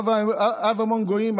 אב המון גויים.